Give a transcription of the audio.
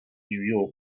new